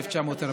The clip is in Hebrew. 1940,